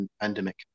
pandemic